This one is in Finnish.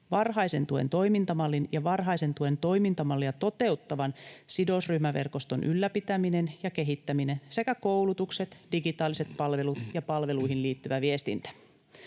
varhaisen tuen toimintamallin ja varhaisen tuen toimintamallia toteuttavan sidosryhmäverkoston ylläpitäminen ja kehittäminen sekä koulutukset, digitaaliset palvelut ja palveluihin liittyvä viestintä.